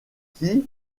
qui